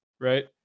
right